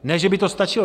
Ne že by to stačilo.